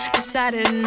decided